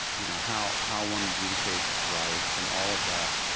you know, how how one adjudicates rights and all of that.